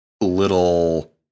little